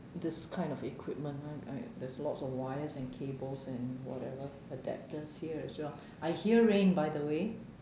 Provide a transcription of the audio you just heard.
these kind of equipment I I there's a lot of wires and cables and whatever adapters here as well I hear rain by the way